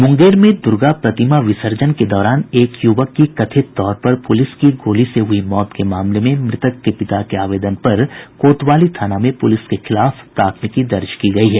मुंगेर में दूर्गा प्रतिमा विर्सजन के दौरान एक युवक की कथित तौर पर पुलिस की गोली से हुई मौत के मामले में मृतक के पिता के आवेदन पर कोतवाली थाना में पुलिस के खिलाफ प्राथमिकी दर्ज की गयी है